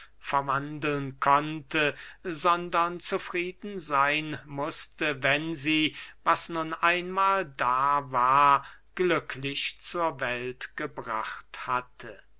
verwandeln konnte sondern zufrieden seyn mußte wenn sie was nun einmahl da war glücklich zur welt gebracht hatte